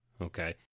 Okay